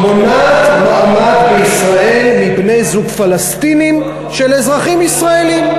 מונעת מעמד בישראל מבני-זוג פלסטינים של אזרחים ישראלים.